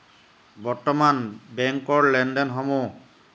বৰ্তমান বেংকৰ লেনদেনসমূহ